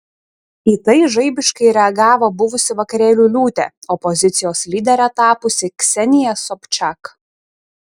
į tai žaibiškai reagavo buvusi vakarėlių liūtė opozicijos lydere tapusi ksenija sobčak